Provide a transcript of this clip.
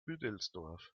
büdelsdorf